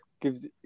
gives